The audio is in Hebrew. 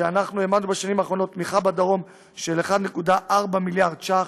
שאנחנו העמדנו בשנים האחרונות תמיכה בדרום של 1.4 מיליארד ש"ח,